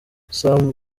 sam